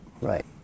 Right